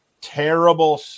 terrible